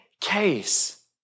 case